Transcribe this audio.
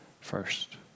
first